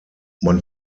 man